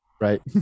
right